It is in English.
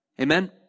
Amen